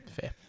fair